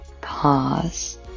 pause